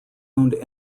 owned